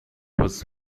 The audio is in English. was